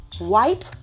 Wipe